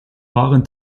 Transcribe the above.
waren